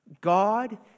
God